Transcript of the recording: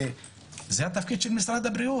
זה התפקיד של משרד הבריאות.